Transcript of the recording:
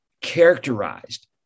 characterized